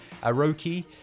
Aroki